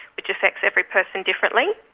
which affects every person differently.